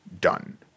done